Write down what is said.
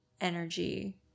energy